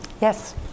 Yes